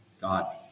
God